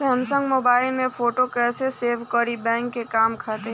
Samsung mobile में photo कैसे save करीं बैंक के काम खातिर?